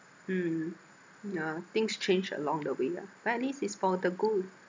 mm yeah things change along the way ah but at least it's for the good